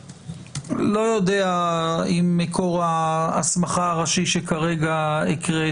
לא התקיים באסיפה הנדחית מניין חוקי כאמור בתקנה 59יז,